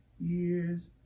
years